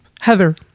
Heather